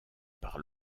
par